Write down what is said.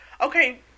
Okay